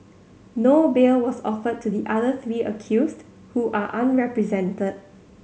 no bail was offered to the other three accused who are unrepresented